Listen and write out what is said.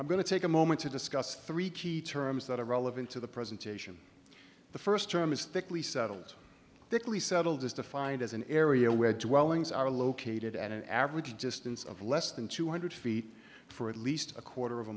i'm going to take a moment to discuss three key terms that are relevant to the presentation the first term is thickly settled thickly settled is defined as an area where dwellings are located at an average distance of less than two hundred feet for at least a quarter of a